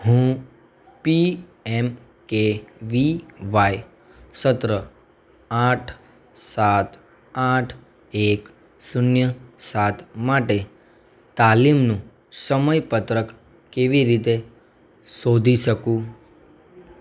હું પીએમકેવીવાય સત્ર આઠ સાત આઠ એક શૂન્ય સાત માટે તાલીમનું સમયપત્રક કેવી રીતે શોધી શકું